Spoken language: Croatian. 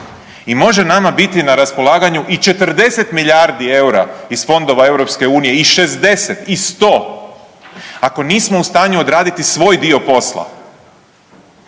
I može nama biti na raspolaganju i 40 milijardi eura iz fondova EU-a, i 60 i 100 ako nismo u stanju odraditi svoj dio posla,